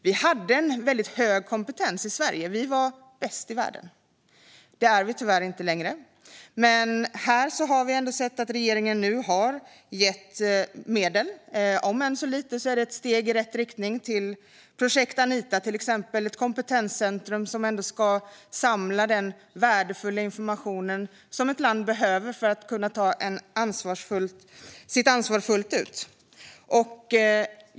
Vi hade en väldigt hög kompetens i Sverige - vi var bäst i världen. Det är vi tyvärr inte längre. Regeringen har nu ändå gett medel - om än lite är det ett steg i rätt riktning - till exempelvis projektet Anita, som är ett kompetenscentrum som ska samla den värdefulla information som ett land behöver för att kunna ta sitt ansvar fullt ut.